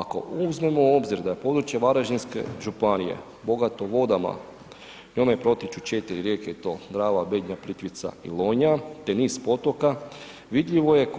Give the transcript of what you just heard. Ako uzmemo u obzir da je područje Varaždinske županije bogato vodama, njime protječu 4 rijeke, i to Drava, Bednja, Plitvica i Lonja te niz potoka, vidljivo je